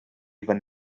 fan